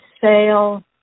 sale